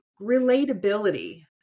relatability